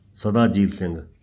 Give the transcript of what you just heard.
Sadajit Singh